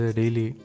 daily